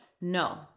No